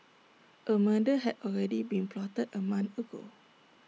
A murder had already been plotted A month ago